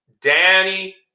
Danny